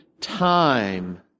time